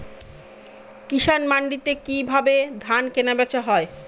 কৃষান মান্ডিতে কি ভাবে ধান কেনাবেচা হয়?